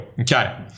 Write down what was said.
Okay